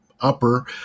upper